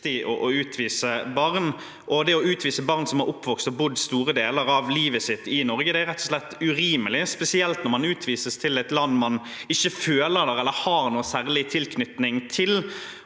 Å utvise barn som er oppvokst og har bodd store deler av livet sitt i Norge, er rett og slett urimelig, spesielt når man utvises til et land man ikke føler eller har noen særlig tilknytning til.